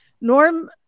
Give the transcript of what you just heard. Norm